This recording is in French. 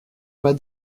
pas